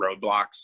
roadblocks